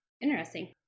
interesting